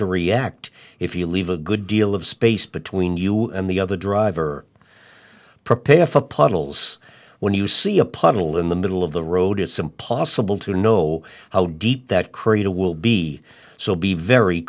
to react if you leave a good deal of space between you and the other driver prepare for puddles when you see a puddle in the middle of the road it's impossible to know how deep that cradle will be so be very